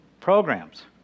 Programs